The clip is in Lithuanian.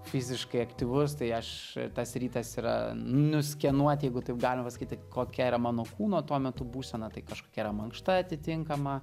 fiziškai aktyvus tai aš tas rytas yra nuskenuot jeigu taip galima kokia yra mano kūno tuo metu būsena tai kažkokia mankšta atitinkama